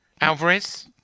Alvarez